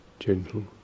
gentle